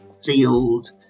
sealed